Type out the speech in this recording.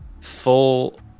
Full